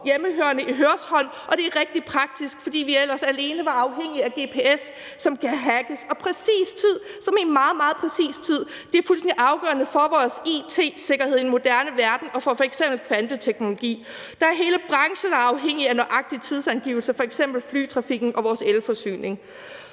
hjemmehørende i Hørsholm, og det er rigtig praktisk, fordi vi ellers alene var afhængige af gps, som kan hackes. Og præcis tid – som i meget, meget præcis tid – er fuldstændig afgørende for vores it-sikkerhed i en moderne verden og for f.eks. kvanteteknologi. Der er hele brancher, der er afhængige af nøjagtige tidsangivelser, f.eks. flytrafikken og vores elforsyning.